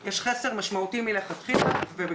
אין יותר יקר משעות שבידי המנהל.